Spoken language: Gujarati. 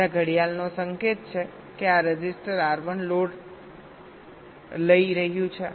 જ્યાં ઘડિયાળનો સંકેત છે કે આ રજિસ્ટર R1 લોડ લઈ રહ્યું છે